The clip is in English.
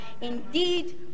Indeed